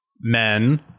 men